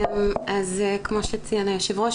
כמו שציין היושב ראש,